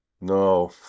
No